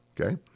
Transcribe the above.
okay